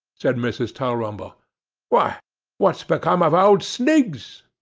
said mrs. tulrumble why what's become of old sniggs